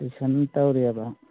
tuition ꯇꯧꯔꯤꯑꯕ